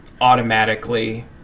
automatically